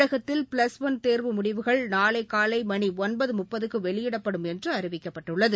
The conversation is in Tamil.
தமிழகத்தில் பிளஸ் ஒன் தேர்வு முடிவுகள் நாளை காலை மணி ஒன்பது முப்பதுக்கு வெளியிடப்படும் என்று அறிவிக்கப்பட்டுள்ளது